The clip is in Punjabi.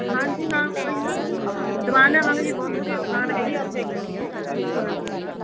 ਹਾਂਜੀ ਹਾਂ ਕੋਈ ਨਾ ਦਿਵਾ ਲਿਆਵਾਂਗੇ ਜੀ ਬਹੁਤ ਵਧੀਆ ਦੁਕਾਨ ਹੈਗੀ ਉੱਥੇ ਇੱਕ ਹਾਂਜੀ